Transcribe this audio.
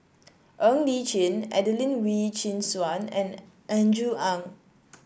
Ng Li Chin Adelene Wee Chin Suan and Andrew Ang